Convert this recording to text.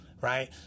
Right